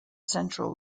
central